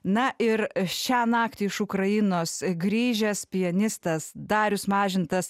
na ir šią naktį iš ukrainos grįžęs pianistas darius mažintas